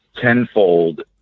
Tenfold